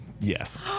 Yes